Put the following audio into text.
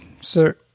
sir